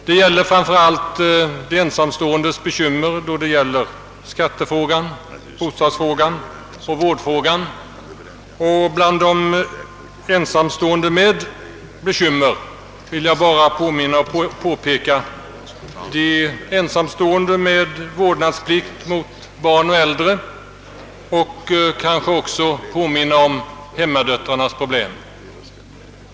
Det gäller framför allt de ensamståendes bekymmer beträffande skattefrågan, bostadsfrågan och vårdfrågan. Bland de ensamstående med bekymmer vill jag bara peka på de ensamstående med vårdnadsplikt mot barn och äldre samt kanske också påminna om hemmadöttrarnas problem.